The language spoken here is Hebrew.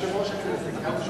גם יושב-ראש הכנסת.